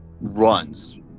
runs